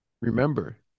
remember